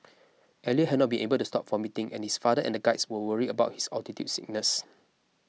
Elliot had not been able to stop vomiting and his father and guides were worried about his altitude sickness